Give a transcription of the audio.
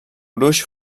gruix